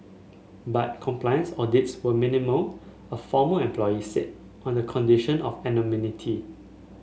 but compliance audits were minimal a former employee said on the condition of anonymity